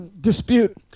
Dispute